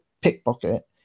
pickpocket